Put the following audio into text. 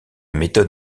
méthode